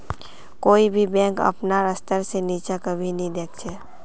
कोई भी बैंक अपनार स्तर से नीचा कभी नी दख छे